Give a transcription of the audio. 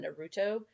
Naruto